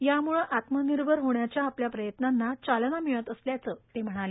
यामुळे आत्मनिर्भर होण्याच्या आपल्या प्रयत्नांना चालना मिळत असल्याचं ते म्हणाले